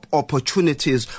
opportunities